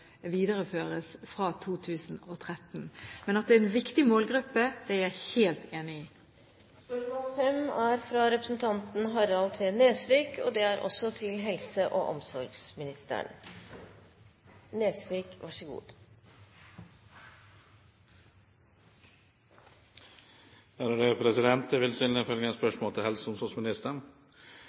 videreføres fra 2013. Men at det er en viktig målgruppe, det er jeg helt enig i. Jeg vil stille følgende spørsmål til helse- og omsorgsministeren: «Kostnadene for helseforetakene knyttet til bruk av legemidler er svært store, og